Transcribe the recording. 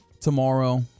tomorrow